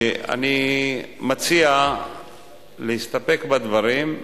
אני מציע להסתפק בדברים,